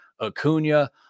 Acuna